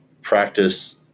practice